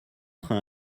train